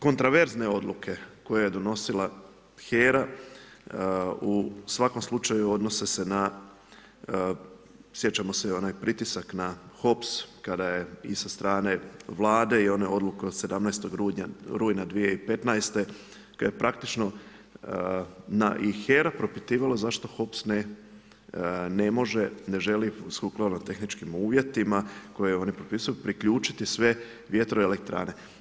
Kontroverzne odluke koje je donosila HERA u svakom slučaju odnose se na, sjećamo se i onaj pritisak na HOPS kada je i sa strane Vlade i one odluke od 17. rujna 2015. kada je praktično i HERA propitivala zašto HOPS ne može, ne želi sukladno tehničkim uvjetima koje oni propisuju priključiti sve vjetroelektrane.